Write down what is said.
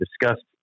discussed